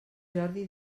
jordi